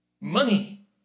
money